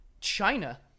China